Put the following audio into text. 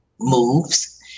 moves